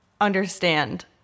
understand